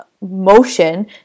motion